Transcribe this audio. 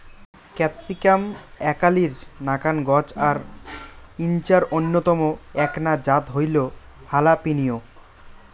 capsicum আকালির নাকান গছ আর ইঞার অইন্যতম এ্যাকনা জাত হইল হালাপিনিও